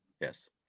Yes